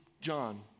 John